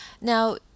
Now